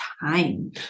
time